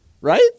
right